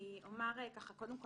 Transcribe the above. קודם כול,